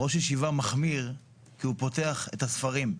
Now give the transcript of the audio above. ראש ישיבה מחמיר כי הוא פותח את הספרים.